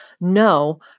no